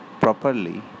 properly